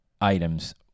items